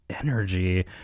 energy